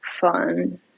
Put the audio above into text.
fun